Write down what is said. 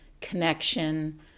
connection